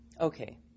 Okay